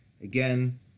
Again